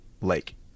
lake